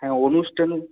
হ্যাঁ অনুষ্ঠান